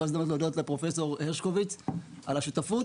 ההזדמנות להודות לפרופ' הרשקוביץ על השותפות.